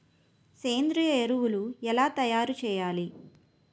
సేంద్రీయ ఎరువులు ఎలా తయారు చేయాలి?